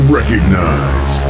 recognize